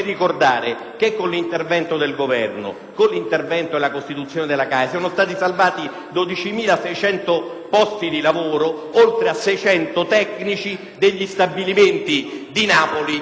12.600 posti di lavoro, oltre a 600 posti di tecnici degli stabilimenti di Napoli, ancora operativi. Lo si deve al lavoro intelligente del sottosegretario Letta